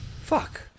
Fuck